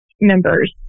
members